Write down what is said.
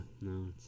no